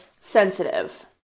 sensitive